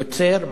יוצר,